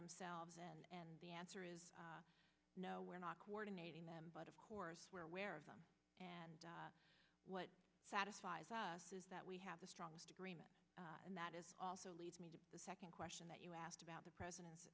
themselves and the answer is no we're not coordinating them but of course we're aware of them and what satisfies us is that we have the strongest agreement and that is also leads me to the second question that you asked about the president's